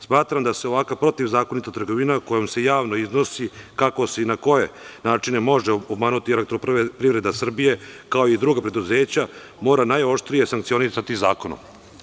Smatram da se ovakva protivzakonita trgovina, kojom se javno iznosi kako se i na koje načine može obmanuti EPS kao i druga preduzeća, mora najoštrije sankcionisati zakonom.